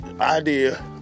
idea